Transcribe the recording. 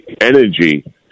energy